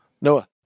Noah